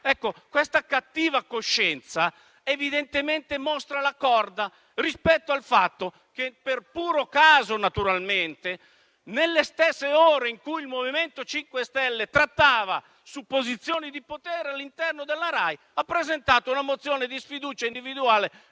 questa cattiva coscienza evidentemente mostra la corda rispetto al fatto che, per puro caso naturalmente, nelle stesse ore in cui il MoVimento 5 Stelle trattava su posizioni di potere all'interno della Rai, ha presentato una mozione di sfiducia individuale